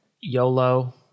YOLO